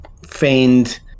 feigned